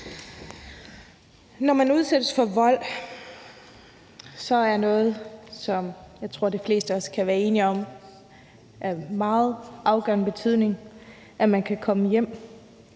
Når man udsættes for vold, er noget, der er – det tror jeg de fleste af os kan være enige om – af meget afgørende betydning, at man kan komme hjem,